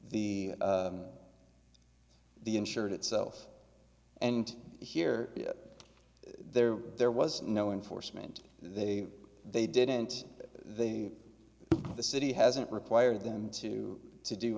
the the insured itself and here there there was no enforcement they they didn't they the city hasn't required them to to do